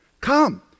come